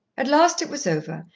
at last it was over,